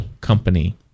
company